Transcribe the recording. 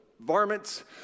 varmints